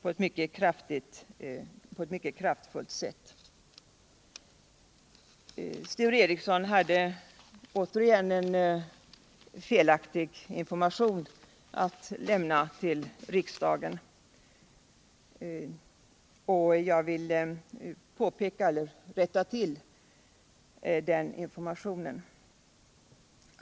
Sture Ericson lämnade i detta sammanhang återigen en felaktig uppgift till riksdagen. Jag vilt rätta till den uppgiften.